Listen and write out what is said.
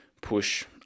push